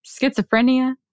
schizophrenia